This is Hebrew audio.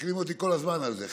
מתקנים אותי כל הזמן על זה.